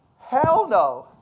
hell, no.